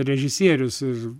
režisierius ir